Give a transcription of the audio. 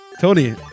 Tony